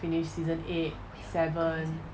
finish season eight seven